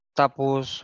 tapos